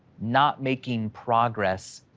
not making progress,